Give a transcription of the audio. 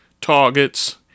targets